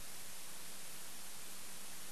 נכון,